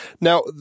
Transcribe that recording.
Now